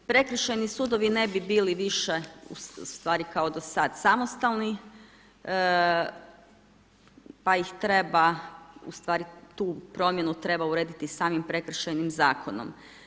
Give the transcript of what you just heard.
Prekršajni sudovi ne bi bili više ustvari kao do sada samostalni pa ih treba, ustvari tu promjenu treba urediti samim prekršajnim zakonom.